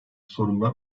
sorunlar